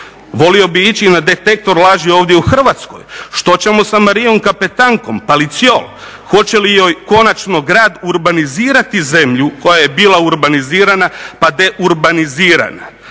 volio bi ići na detektor laži ovdje u Hrvatskoj, šta ćemo sa Marijom Kapentankom Palicion, hoće li joj konačno grad urbanizirati zemlju koja je bila urbanizirana pa deurbanizirana?